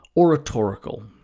oratorical.